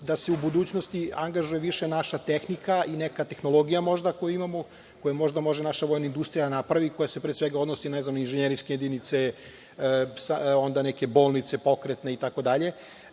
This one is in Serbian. da se u budućnosti angažuje više naša tehnika i tehnologija, ako je imamo, koju možda može naša vojna industrija da napravi, koja se pre svega odnosi na inženjerske jedinice, onda neke pokretne bolnice